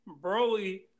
Broly